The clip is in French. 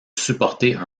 supporter